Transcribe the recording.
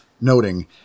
noting